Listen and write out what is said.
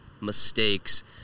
mistakes